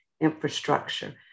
infrastructure